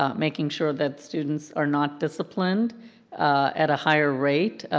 um making sure that students are not disciplined at a higher rate,